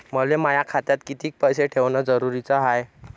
मले माया खात्यात कितीक पैसे ठेवण जरुरीच हाय?